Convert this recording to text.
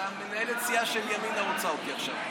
מנהלת הסיעה של ימינה רוצה אותי עכשיו.